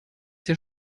hier